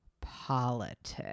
politics